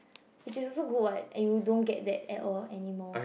which is also good [what] and you don't get that at all anymore